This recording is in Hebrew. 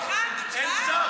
שמישהו ישיב בבקשה.